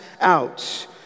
out